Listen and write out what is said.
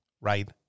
right